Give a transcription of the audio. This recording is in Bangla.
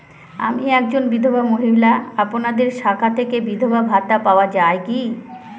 আমি একজন বিধবা মহিলা আপনাদের শাখা থেকে বিধবা ভাতা পাওয়া যায় কি?